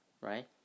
right